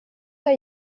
der